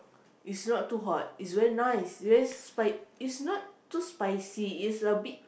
it's not too hot it's very nice very spi~ it's not too spicy it's a bit